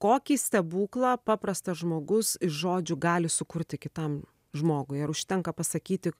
kokį stebuklą paprastas žmogus iš žodžių gali sukurti kitam žmogui ar užtenka pasakyti